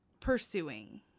pursuing